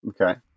Okay